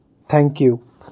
thank you